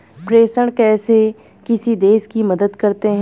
प्रेषण कैसे किसी देश की मदद करते हैं?